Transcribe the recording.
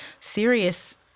serious